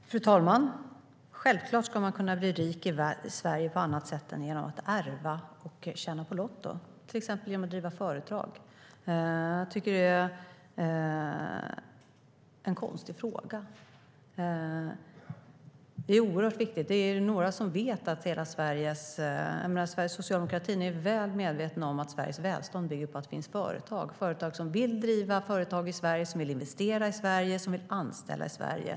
Fru talman! Självklart ska man kunna bli rik i Sverige på annat sätt än genom att ärva eller vinna på lotto, till exempel genom att driva företag. Det är en konstig fråga. Socialdemokraterna är väl medvetna om att Sveriges välstånd bygger på att det finns företag och på att det finns företagare som vill driva företag i Sverige, som vill investera i Sverige och som vill anställa i Sverige.